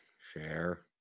share